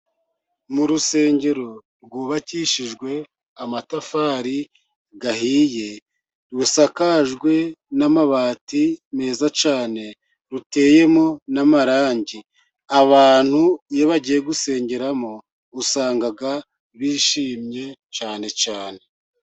N'urusengero rwubakishijwe amatafari ahiye, rusakajwe n'amabati meza cyane. Ruteyemo n'amarangi abantu iyo bagiye gusengeramo usanga bishimye cyane.